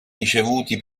ricevuti